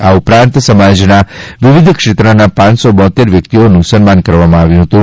આ ઉપરાંત સમાજના વિવિધ ક્ષેત્રના પાંચસો બોતેર વ્યકિતઓનું સન્માન કરવામાં આવ્યું હતું